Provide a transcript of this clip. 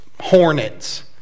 hornets